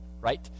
right